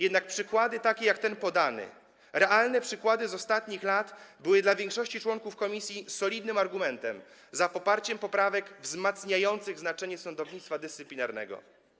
Jednak takie przykłady jak ten podany, realne przykłady z ostatnich lat były dla większości członków komisji solidnym argumentem za poparciem poprawek wzmacniających znaczenie sądownictwa dyscyplinarnego.